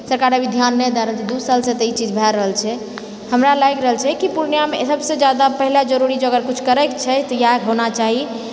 सरकार अभी ध्यान नहि दए रहल छै दू सालसँ तऽ ई चीज भए रहल छै हमरा लागि रहल छै कि पूर्णियामे सबसे जादा पहिले जरुरी जे अगर किछु करैके छै तऽ इएह होना चाही